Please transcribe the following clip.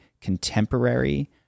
contemporary